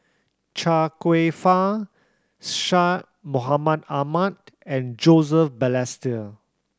Chia Kwek Fah Syed Mohamed Ahmed and Joseph Balestier